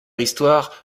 histoire